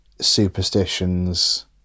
superstitions